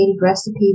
recipe